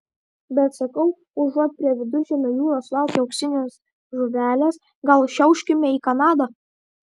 bet sakau užuot prie viduržemio jūros laukę auksinės žuvelės gal šiauškime į kanadą